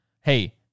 hey